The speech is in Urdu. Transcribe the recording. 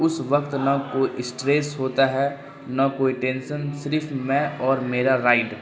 اس وقت نہ کوئی اسٹریس ہوتا ہے نہ کوئی ٹینشن صرف میں اور میرا رائڈ